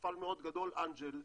אנג'ל.